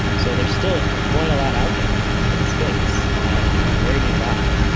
so there's still quite a lot out there in space that can be very nearby,